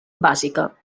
bàsica